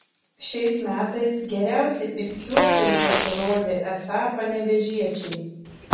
šiais metais geriausi pypkiuotojai pasirodė esą panevėžiečiai